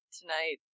Tonight